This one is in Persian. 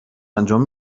انجام